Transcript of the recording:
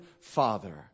Father